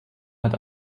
hat